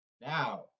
Now